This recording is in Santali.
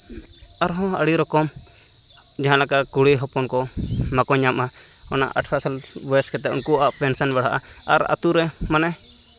ᱟᱨᱦᱚᱸ ᱟᱹᱰᱤ ᱨᱚᱠᱚᱢ ᱡᱟᱦᱟᱸ ᱞᱮᱠᱟ ᱠᱩᱲᱤ ᱦᱚᱯᱚᱱ ᱠᱚ ᱵᱟᱠᱚ ᱧᱟᱢᱟ ᱚᱱᱟ ᱟᱴᱷᱨᱚᱥᱟᱞ ᱵᱚᱭᱮᱥ ᱠᱟᱛᱮᱫ ᱩᱱᱠᱩᱣᱟᱜ ᱯᱮᱱᱥᱮᱱ ᱵᱟᱲᱦᱟᱜᱼᱟ ᱟᱨ ᱟᱹᱛᱩ ᱨᱮ ᱢᱟᱱᱮ